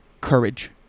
courage